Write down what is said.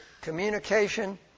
communication